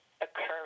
occurring